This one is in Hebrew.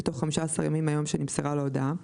בתוך 15 ימים מהיום שנמסרה לו ההודעה,